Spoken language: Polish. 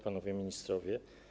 Panowie Ministrowie!